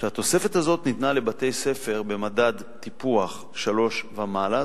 והתוספת הזאת ניתנה לבתי-ספר במדד טיפוח 3 ומעלה,